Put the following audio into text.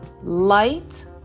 light